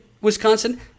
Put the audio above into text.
Wisconsin